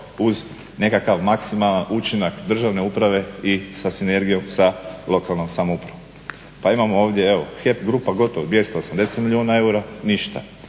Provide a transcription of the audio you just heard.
uz nekakav maksimalan učinak državne uprave i sa sinergijom sa lokalnom samoupravom. Pa imamo ovdje evo HEP grupa gotovo 280 milijuna eura ništa.